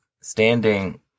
standing